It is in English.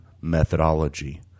methodology